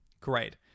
great